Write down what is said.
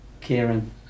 Kieran